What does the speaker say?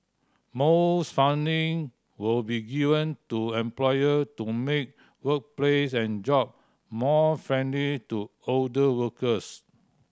more funding will be given to employer to make workplace and job more friendly to older workers